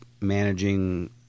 managing